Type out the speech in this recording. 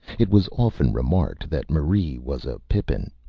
it was often remarked that marie was a pippin.